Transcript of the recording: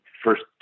first